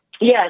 Yes